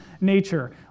nature